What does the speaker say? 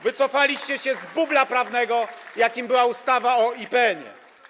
Wycofaliście się z bubla prawnego, jakim była ustawa o IPN.